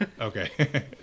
Okay